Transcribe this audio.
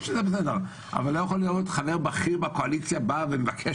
אבל לא יכול להיות חבר בכיר בקואליציה שמבקש